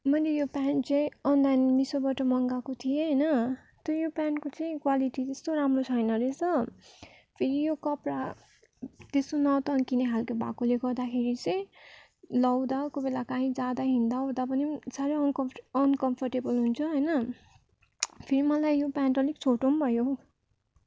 मैले यो प्यान्ट चाहिँ अनलाइन मिसोबाट मगाएको थिएँ होइन तर यो प्यान्टको चाहिँ क्वालिटी त्यस्तो राम्रो छैन रहेछ फेरि यो कपडा त्यस्तो नतन्किने खाल्को भएकोले गर्दाखेरि चाहिँ लगाउँदा कोही बेला काहीँ जाँदा हिँड्दाओर्दा पनि साह्रै अनकमफर्ट अनकमफर्टेबल हुन्छ होइन फेरि मलाई यो प्यान्ट अलिक छोटो पनि भयो हौ